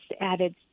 added